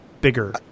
bigger